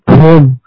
home